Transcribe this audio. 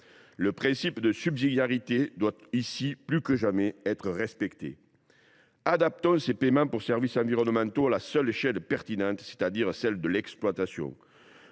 Le principe de subsidiarité doit ici, plus que jamais, être respecté. Adaptons les paiements pour services environnementaux à la seule échelle pertinente, celle de l’exploitation,